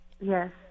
Yes